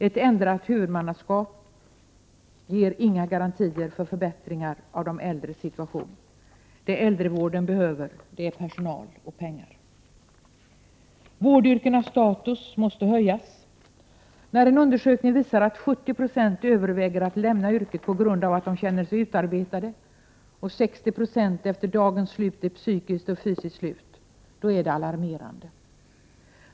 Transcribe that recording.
En ändring av huvud mannaskapet ger inga garantier för förbättringar av de äldres situation. Det äldrevården behöver är personal och pengar. Vårdyrkenas status måste höjas. När en undersökning visar att 70 Zo överväger att lämna yrket på grund av att de känner sig utarbetade och 60 96 efter dagens slut är psykiskt och fysiskt slut är det alarmerande.